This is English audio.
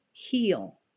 Heal